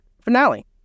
finale